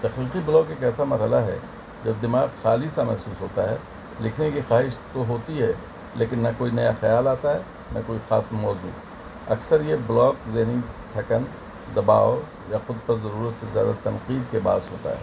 تخلیقی بلاک ایک ایسا مرحلہ ہے جب دماغ خالی سا محسوس ہوتا ہے لکھنے کی خواہش تو ہوتی ہے لیکن نہ کوئی نیا خیال آتا ہے نہ کوئی خاص موضوع اکثر یہ بلاک ذہنی تھکن دباؤ یا خود پر ضرورت سے زیادہ تنقید کے باعث ہوتا ہے